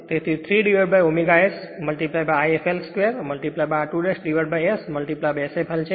તેથી આ 3ω S I fl 2 r2S Sfl છે